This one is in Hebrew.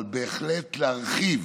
אבל בהחלט להרחיב